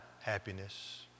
happiness